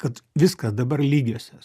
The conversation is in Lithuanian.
kad viskas dabar lygiosios